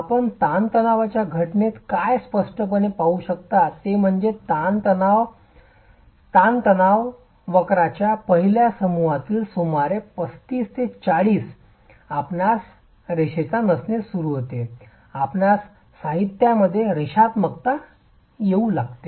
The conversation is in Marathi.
आपण ताणतणावाच्या घटनेत काय स्पष्टपणे पाहू शकता ते म्हणजे ताणतणाव ताणण्याच्या वक्रयाच्या पहिल्या सहामाहीत सुमारे 35 40 आपणास रेषेचा नसणे सुरू होते आपणास साहित्यामध्ये रेषात्मकता येऊ लागते